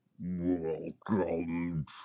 welcome